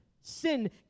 Sin